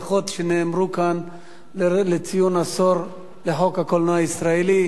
שנאמרו כאן לציון עשור לחוק הקולנוע הישראלי.